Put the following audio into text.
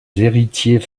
héritiers